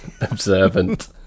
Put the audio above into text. Observant